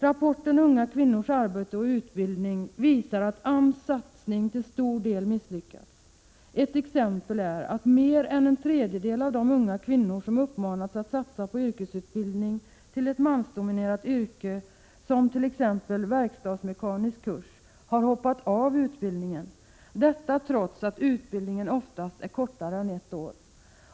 Rapporten Unga kvinnors arbete och utbildning visar att AMS satsning till stor del misslyckats. Ett exempel är att mer än en tredjedel av de unga kvinnor som uppmanats att satsa på yrkesutbildning till ett mansdominerat yrke, t.ex. verkstadsmekanisk kurs, har hoppat av utbildningen, detta trots att utbildningen oftast är kortare än ett år.